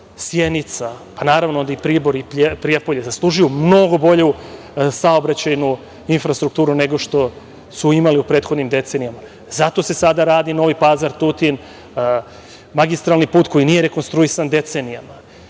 Sjenica, pa naravno onda i Priboj i Prijepolje zaslužuju mnogo bolju saobraćajnu infrastrukturu, nego što su imali u prethodnim decenijama zato se sada radi Novi Pazar, Tutin, magistralni put koji nije rekonstruisan decenijama. Predsednik